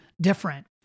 different